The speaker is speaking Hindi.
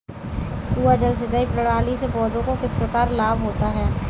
कुआँ जल सिंचाई प्रणाली से पौधों को किस प्रकार लाभ होता है?